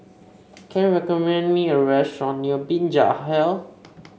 can you recommend me a restaurant near Binjai Hill